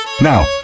Now